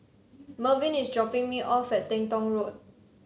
Mervin is dropping me off at Teng Tong Road